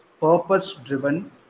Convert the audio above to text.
purpose-driven